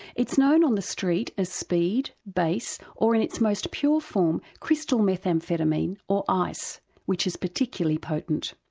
it's known on the street as speed, base or in its most pure form crystal methamphetamine or ice which is particularly potent.